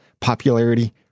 Popularity